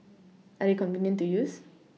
are they convenient to use